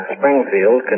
Springfield